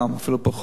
אפילו פחות,